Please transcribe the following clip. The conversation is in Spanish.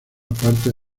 partes